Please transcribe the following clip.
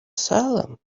salem